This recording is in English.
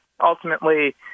ultimately